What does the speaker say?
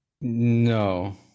no